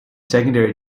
secondary